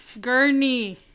Gurney